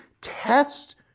test